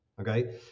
Okay